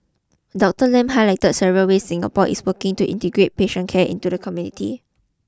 Doctor Lam highlighted several ways Singapore is working to integrate patient care into the community